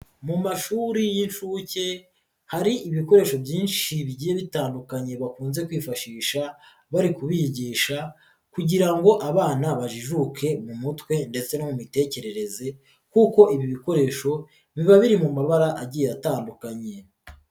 Mu mashuri y'inshuke hari ibikoresho byinshi bigiye bitandukanye bakunze kwifashisha bari kubigisha kugira ngo abana bajijuke mu mutwe ndetse no mu mitekerereze, kuko ibi bikoresho biba biri mu mabara agiye atandukanye.